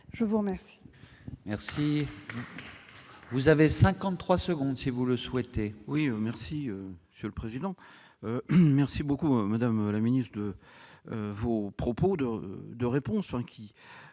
je vous remercie